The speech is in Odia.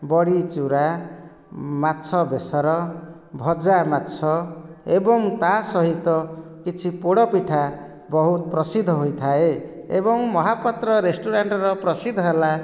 ବଡ଼ି ଚୁରା ମାଛ ବେସର ଭଜା ମାଛ ଏବଂ ତା ସହିତ କିଛି ପୋଡ଼ ପିଠା ବହୁତ ପ୍ରସିଦ୍ଧ ହୋଇଥାଏ ଏବଂ ମହାପାତ୍ର ରେଷ୍ଟୋରାଣ୍ଟର ପ୍ରସିଦ୍ଧ ହେଲା